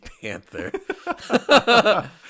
panther